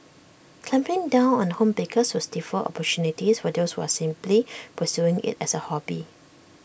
clamping down on home bakers would stifle opportunities for those who are simply pursuing IT as A hobby